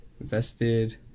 invested